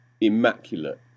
immaculate